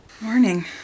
Morning